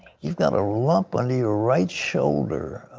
you've got a lump under your right shoulder